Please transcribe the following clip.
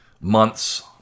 months